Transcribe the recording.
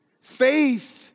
Faith